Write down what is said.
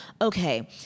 okay